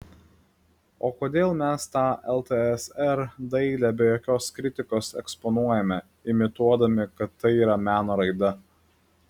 o kodėl mes tą ltsr dailę be jokios kritikos eksponuojame imituodami kad tai yra meno raida